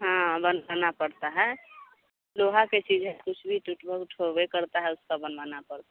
हाँ बनवाना पड़ता है लोहा के चीज़ है कुछ भी टुट बहुट होबै करता है उसका बनवाना पड़ता है